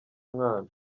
mwana